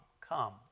come